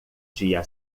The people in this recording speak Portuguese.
dia